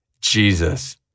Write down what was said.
Jesus